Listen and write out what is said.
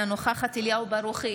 אינה נוכחת אליהו ברוכי,